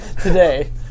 Today